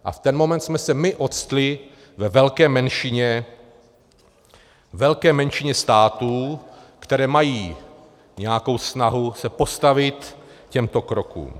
A v ten moment jsme se my octli ve velké menšině, velké menšině států, které mají nějakou stahu se postavit těmto krokům.